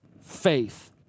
faith